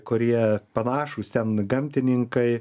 kurie panašūs ten gamtininkai